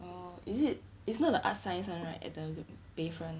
oh is it is not the art science [one] right at the bayfront